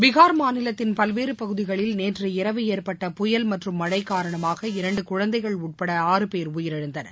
பீகார் மாநிலத்தின் பல்வேறு பகுதிகளில் நேற்றிரவு ஏற்பட்ட புயல் மற்றும் மழை காரணமாக இரன்டு குழந்தைகள் உட்பட ஆறு பேர் உயிரிழந்தனர்